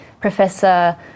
Professor